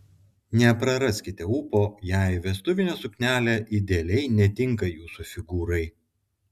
nepraraskite ūpo jei vestuvinė suknelė idealiai netinka jūsų figūrai